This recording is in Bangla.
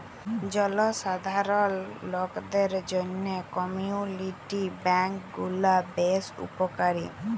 জলসাধারল লকদের জ্যনহে কমিউলিটি ব্যাংক গুলা বেশ উপকারী